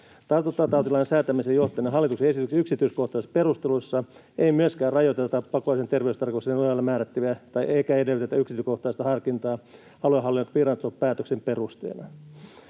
Tartuntatautilain säätämiseen johtaneen hallituksen esityksen yksityiskohtaisissa perusteluissa ei myöskään rajoiteta pakolliseen terveystarkastukseen eikä edellytetä yksilökohtaista harkintaa aluehallintoviraston päätöksen perusteena.